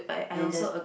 and the